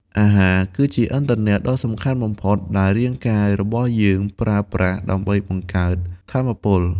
អាហារគឺជា ឥន្ធនៈ ដ៏សំខាន់បំផុតដែលរាងកាយរបស់យើងប្រើប្រាស់ដើម្បីបង្កើត ថាមពល។